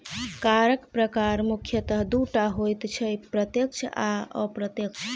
करक प्रकार मुख्यतः दू टा होइत छै, प्रत्यक्ष आ अप्रत्यक्ष